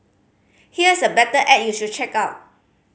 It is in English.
here's a better ad you should check out